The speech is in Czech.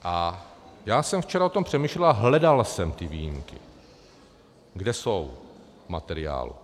A já jsem včera o tom přemýšlel a hledal jsem ty výjimky, kde jsou v materiálu.